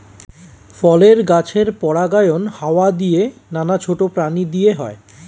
ফলের গাছের পরাগায়ন হাওয়া দিয়ে, নানা ছোট প্রাণী দিয়ে হয়